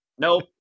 nope